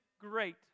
great